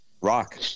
Rock